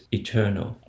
eternal